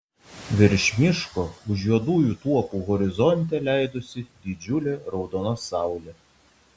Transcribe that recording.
virš miško už juodųjų tuopų horizonte leidosi didžiulė raudona saulė